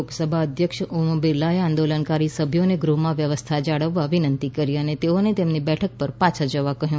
લોકસભા અધ્યક્ષ ઓમ બિરલાએ આંદોલનકારી સભ્યોને ગૃહમાં વ્યવસ્થા જાળવવા વિનંતી કરી અને તેઓને તેમની બેઠક પર પાછા જવા કહ્યું